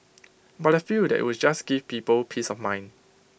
but I feel that IT would just give people peace of mind